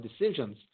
decisions